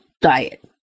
diet